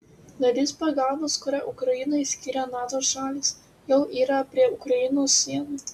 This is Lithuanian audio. dalis pagalbos kurią ukrainai skyrė nato šalys jau yra prie ukrainos sienų